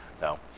No